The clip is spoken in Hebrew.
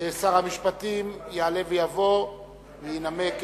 שר המשפטים, יעלה ויבוא וינמק.